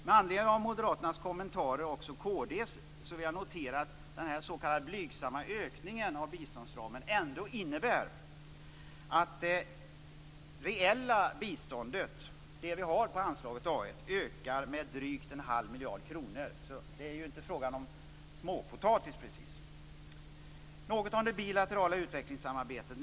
Med anledning av moderaternas och även kristdemokraternas kommentarer vill jag peka på att den s.k. blygsamma ökningen av biståndsramen ändå innebär att det reella biståndet under anslaget A1 ökar med drygt en halv miljard kronor. Det är ju inte småpotatis. Så något om det bilaterala utvecklingssamarbetet.